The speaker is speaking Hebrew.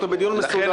אנחנו בדיון מסודר.